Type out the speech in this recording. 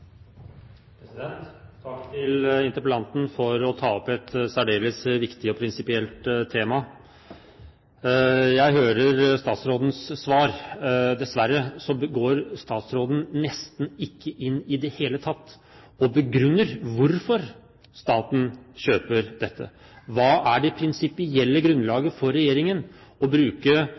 å ta opp et særdeles viktig og prinsipielt tema. Jeg hører statsrådens svar. Dessverre går statsråden nesten ikke inn i det hele tatt og begrunner hvorfor staten kjøper dette. Hva er regjeringens prinsipielle grunnlag for å bruke